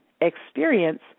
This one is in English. experience